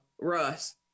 Russ